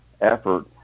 effort